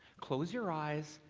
close your eyes,